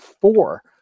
four